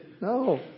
No